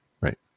right